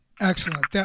Excellent